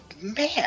man